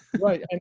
Right